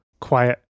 quiet